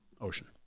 ocean